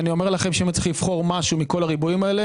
אם הייתי צריך לבחור משהו מכל הריבועים הללו